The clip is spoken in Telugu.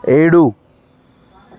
ఏడు